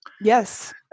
Yes